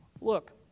Look